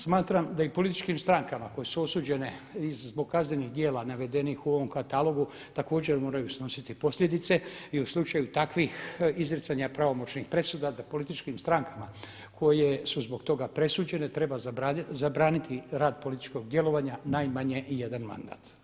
Smatram da i političkim strankama koje su osuđene zbog kaznenih djela navedenih u ovom katalogu također moraju snositi posljedice i u slučaju takvih izricanja pravomoćnih presuda da političkim strankama koje su zbog toga presuđene treba zabraniti rad političkog djelovanja najmanje jedan mandat.